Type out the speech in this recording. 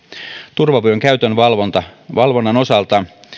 turvavyön käytön valvonnan osalta